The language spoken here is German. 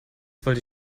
wollte